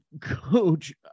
Coach